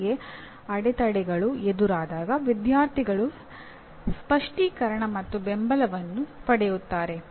ಕಲಿಕೆಗೆ ಅಡೆತಡೆಗಳು ಎದುರಾದಾಗ ವಿದ್ಯಾರ್ಥಿಗಳು ಸ್ಪಷ್ಟೀಕರಣ ಮತ್ತು ಬೆಂಬಲವನ್ನು ಪಡೆಯುತ್ತಾರೆ